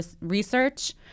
research